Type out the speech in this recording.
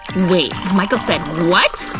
wait, michael said like